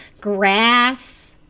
grass